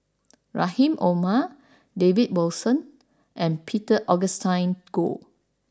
Rahim Omar David Wilson and Peter Augustine Goh